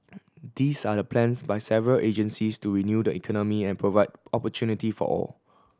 these are the plans by several agencies to renew the economy and provide opportunity for all